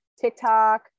TikTok